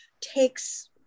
takes